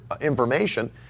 information